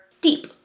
deep